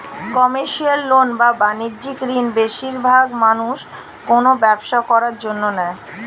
commercial loan বা বাণিজ্যিক ঋণ বেশিরবাগ মানুষ কোনো ব্যবসা করার জন্য নেয়